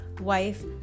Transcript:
wife